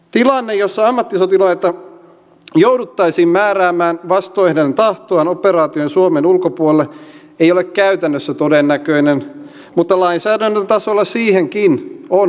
tilanne jossa ammattisotilaita jouduttaisiin määräämään vastoin heidän tahtoaan operaatioon suomen ulkopuolelle ei ole käytännössä todennäköinen mutta lainsäädännön tasolla siihenkin on varauduttava